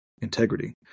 integrity